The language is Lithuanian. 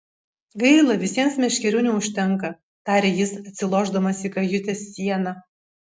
gaila visiems meškerių neužtenka tarė jis atsilošdamas į kajutės sieną